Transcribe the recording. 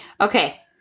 Okay